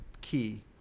Key